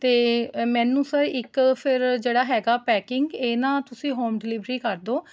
ਅਤੇ ਮੈਨੂੰ ਸਰ ਇੱਕ ਫਿਰ ਜਿਹੜਾ ਹੈਗਾ ਪੈਕਿੰਗ ਇਹ ਨਾ ਤੁਸੀਂ ਹੋਮ ਡਿਲੀਵਰੀ ਕਰ ਦਿਉ